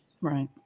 Right